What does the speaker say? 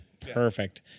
Perfect